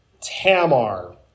Tamar